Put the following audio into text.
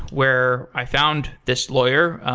where i found this lawyer,